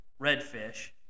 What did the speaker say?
redfish